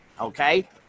okay